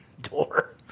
door